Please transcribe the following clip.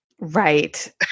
Right